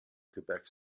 quebec